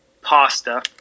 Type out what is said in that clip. Pasta